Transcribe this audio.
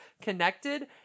connected